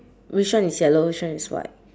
which one is yellow which one is white